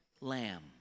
lamb